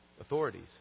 authorities